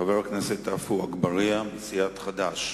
חבר הכנסת עפו אגבאריה מסיעת חד"ש.